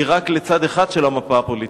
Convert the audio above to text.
היא רק לצד אחד של המפה הפוליטית?